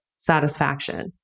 satisfaction